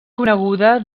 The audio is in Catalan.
coneguda